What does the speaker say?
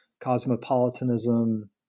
Cosmopolitanism